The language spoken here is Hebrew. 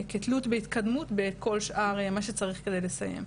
כתלות בהתקדמות בכל שאר מה שצריך כדי לסיים.